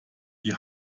die